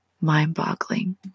mind-boggling